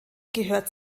gehört